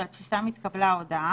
ולגבי כל אחת יפרסם את תיאור ההשגה,